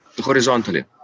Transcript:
horizontally